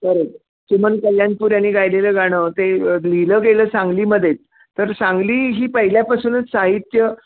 परत सुमन कल्याणपूर यांनी गायलेलं गाणं ते लिहिलं गेलं सांगलीमध्येच तर सांगली ही पहिल्यापासूनच साहित्य